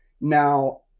Now